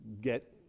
get